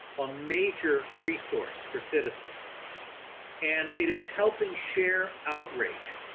a major resource for citizens and it is helping share outrage.